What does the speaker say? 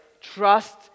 trust